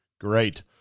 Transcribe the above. Great